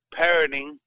parenting